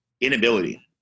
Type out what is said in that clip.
inability